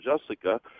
Jessica